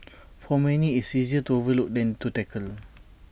for many it's easier to overlook than to tackle